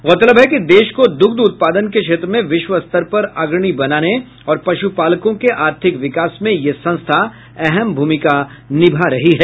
गौरतलब है कि देश को दुग्ध उत्पादन के क्षेत्र में विश्व स्तर पर अग्रणी बनाने और पशुपालकों के आर्थिक विकास में ये संस्था अहम भूमिका निभा रही है